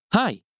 Hi